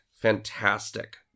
fantastic